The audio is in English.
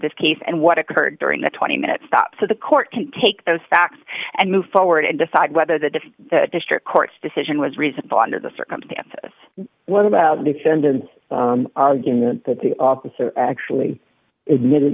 this case and what occurred during the twenty minute stop so the court can take those facts and move forward and decide whether the defense the district court's decision was reasonable under the circumstances one of the defendants argument that the officer actually admitted